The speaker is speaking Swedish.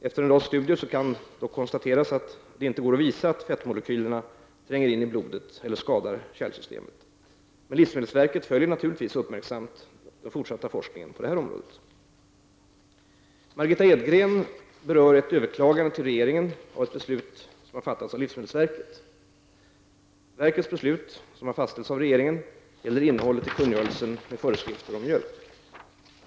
Efter en rad studier kan dock konstateras att det inte går att visa att fettmolekylerna tränger in i blodet eller skadar kärlsystemet. Livsmedelsverket följer naturligtvis uppmärksamt den fortsatta forskningen på området. Margitta Edgren berör ett överklagande till regeringen av ett beslut fattat av livsmedelsverket. Livsmedelsverkets beslut, som har fastställts av regeringen, gäller innehållet i kungörelsen med föreskrifter om mjölk m.m.